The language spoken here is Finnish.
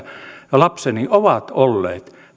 lapseni ovat olleet